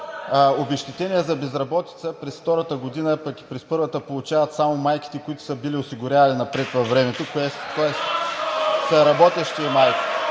обезщетение за безработица през втората година, а пък и през първата, получават само майките, които са били осигурявани напред във времето, тоест са работещи майки.